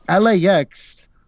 LAX